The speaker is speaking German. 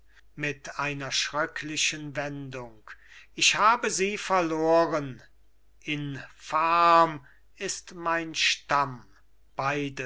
mit einer schröcklichen wendung ich habe sie verloren infam ist mein stamm beide